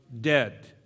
dead